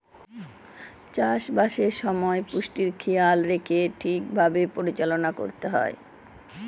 চাষবাসের সময় পুষ্টির খেয়াল রেখে ঠিক ভাবে পরিচালনা করতে হয়